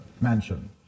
mansion